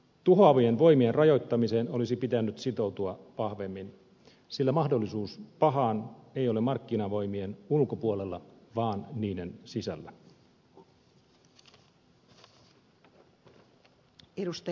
tuhoavien voimien rajoittamiseen olisi pitänyt sitoutua vahvemmin sillä mahdollisuus pahaan ei ole markkinavoimien ulkopuolella vaan niiden sisällä